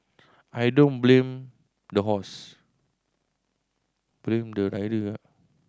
I don't blame the horse